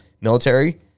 military—